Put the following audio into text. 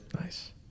Nice